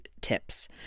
tips